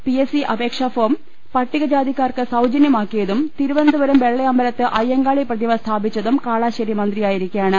PS C അപേ ക്ഷാഫോം പട്ടികജാതിക്കാർക്ക് സൌജനൃമാക്കിയതും തിരുവന ന്തപുരം വെള്ളയമ്പലത്ത് അയ്യങ്കാളി പ്രതിമ സ്ഥാപിച്ചതും കാളാ ശ്ശേരി മന്ത്രിയായിരിക്കെയാണ്